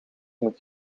moet